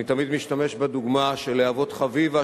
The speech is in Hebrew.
אני תמיד משתמש בדוגמה של להבות-חביבה,